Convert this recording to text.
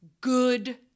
good